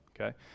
Okay